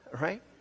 right